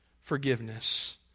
forgiveness